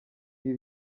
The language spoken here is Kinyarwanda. ibi